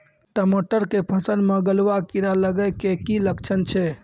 टमाटर के फसल मे गलुआ कीड़ा लगे के की लक्छण छै